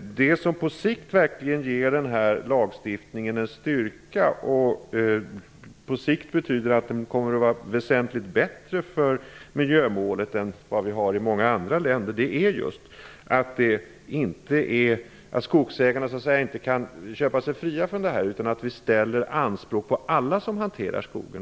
det som på sikt verkligen ger den här lagstiftningen styrka och på sikt betyder att den kommer att vara väsentligt bättre för miljömålet än i många andra länder, det är just att skogsägarna inte kan köpa sig fria från sitt ansvar. Vi ställer anspråk på alla som hanterar skogen.